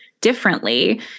differently